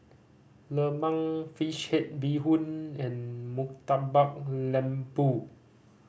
lemang fish head bee hoon and Murtabak Lembu